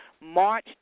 March